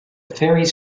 faeries